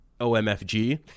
OMFG